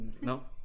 no